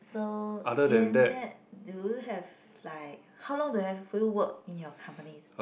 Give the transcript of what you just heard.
so in that do you have like how long do have you work in your companies